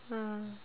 uh